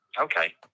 Okay